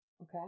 Okay